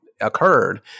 occurred